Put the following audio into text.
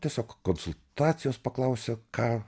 tiesiog konsultacijos paklausiu ką